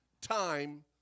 time